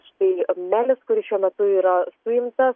štai melis kuris šiuo metu yra suimtas